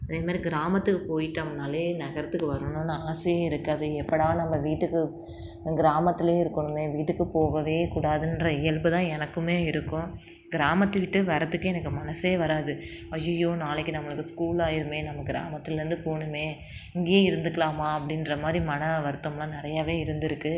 இதேமாதிரி கிராமத்துக்குப் போய்ட்டோம்னாலே நகரத்துக்கு வரணுமுன்னு ஆசையே இருக்காது எப்படா நம்ம வீட்டுக்கு கிராமத்திலேயே இருப்போமே வீட்டுக்கு போகவே கூடாதுன்ற இயல்புதான் எனக்கும் இருக்கும் கிராமத்தை விட்டு வரத்துக்கு எனக்கு மனதே வராது அய்யய்யோ நாளைக்கு நம்மளுக்கு ஸ்கூல் ஆகிடுமே நம்ம கிராமத்திலேருந்து போகணுமே இங்கயே இருந்துக்கலாமா அப்படின்ற மாதிரி மனம் வருத்தம்லாம் நிறையவே இருந்திருக்கு